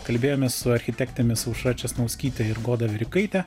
kalbėjomės su architektėmis aušra česnauskyte ir goda verikaite